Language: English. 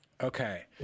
Okay